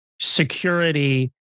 security